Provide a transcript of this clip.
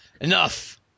Enough